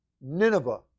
Nineveh